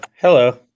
Hello